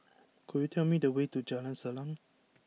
Could you tell me the way to Jalan Salang